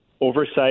oversight